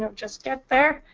um just get there,